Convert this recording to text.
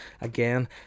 again